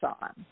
on